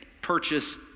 purchase